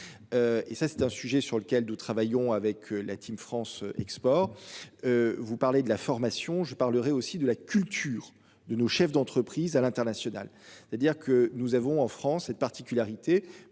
Et ça c'est un sujet sur lequel nous travaillons avec la Team France Export. Vous parlez de la formation, je parlerai aussi de la culture de nos chefs d'entreprises à l'international, c'est-à-dire que nous avons en France cette particularité